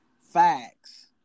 facts